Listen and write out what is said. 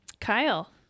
Kyle